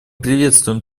приветствуем